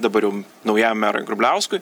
dabar jau naujam merui grubliauskui